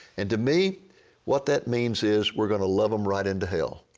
and to me what that means is we are going to love them right into hell.